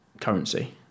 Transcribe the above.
currency